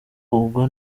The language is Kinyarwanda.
ubwo